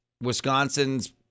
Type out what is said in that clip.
Wisconsin's